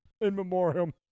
in-memoriam